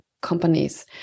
companies